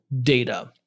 data